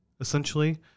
essentially